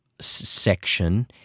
section